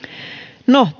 no